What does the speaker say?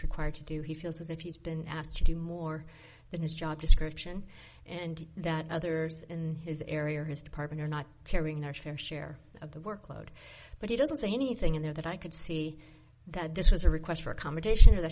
required to do he feels as if he's been asked to do more than his job description and that others in his area or his department are not carrying our fair share of the workload but he doesn't say anything in there that i could see that this was a request for accommodation that